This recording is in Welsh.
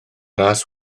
ras